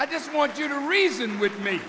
i just want you to reason with me